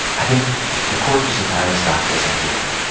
i think the course was entirely stockdale's idea.